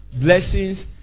blessings